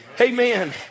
Amen